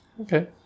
Okay